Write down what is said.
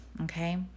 Okay